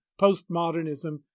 postmodernism